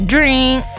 Drink